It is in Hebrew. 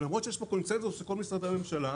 למרות שיש פה קונצנזוס של משרדי הממשלה,